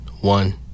One